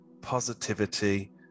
positivity